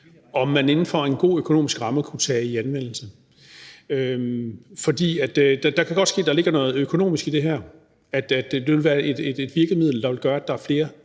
om man inden for en god økonomisk ramme kunne tage i anvendelse. For det kan godt ske, at der ligger noget økonomisk i det her, og at det ville være et virkemiddel, der ville gøre, at der var flere,